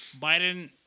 Biden